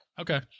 Okay